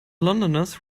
londoners